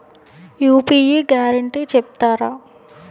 UPI guarantee చెప్తారా?